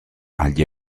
agli